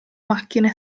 macchine